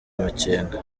amakenga